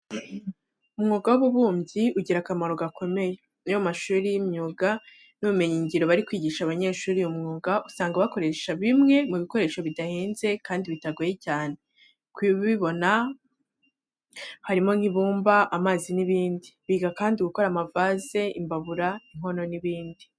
Umwuga w'ububumbyi ugira akamaro gakomeye. Iyo mu mashuri y'imyuga n'ubumenyingiro bari kwigisha abanyeshuri uyu mwuga, usanga bakoresha bimwe mu bikoresho bidahenze kandi bitagoye cyane kubibona harimo nk'ibumba, amazi n'ibindi. Biga kandi gukora amavaze, imbabura, inkono n'ibindi.